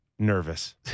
Nervous